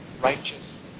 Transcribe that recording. righteous